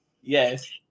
Yes